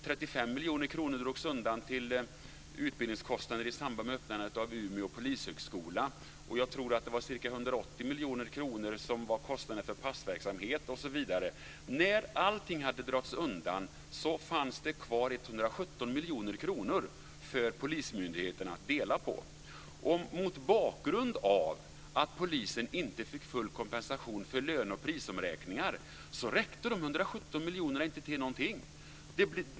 35 miljoner kronor drogs undan till utbildningskostnader i samband med öppnandet av Umeå polishögskola, och jag tror att kostnaden för passverksamhet osv. var ca När allting hade dragits undan fanns det kvar 117 miljoner kronor för polismyndigheterna att dela på. Mot bakgrund av att polisen inte fick full kompensation för löne och prisomräkningar räckte de 117 miljonerna inte till någonting.